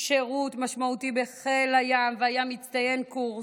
שירות משמעותי בחיל הים והיה מצטיין קורס,